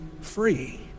free